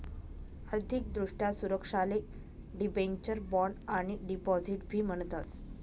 आर्थिक दृष्ट्या सुरक्षाले डिबेंचर, बॉण्ड आणि डिपॉझिट बी म्हणतस